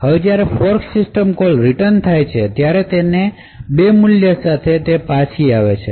હવે જ્યારે fork system call return થાય છે ત્યારે તે બે મૂલ્યો સાથે પાછી આવે છે